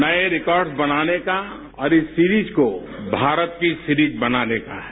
नए रिकॉर्ड बनाने का और इस सीरीज को भारत की सीरीज बनाने का है